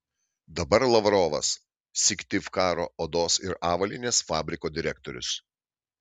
dabar lavrovas syktyvkaro odos ir avalynės fabriko direktorius